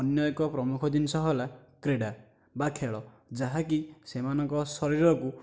ଅନ୍ୟ ଏକ ପ୍ରମୁଖ ଜିନିଷ ହେଲା କ୍ରୀଡ଼ା ବା ଖେଳ ଯାହାକି ସେମାନଙ୍କ ଶରୀରକୁ